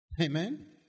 Amen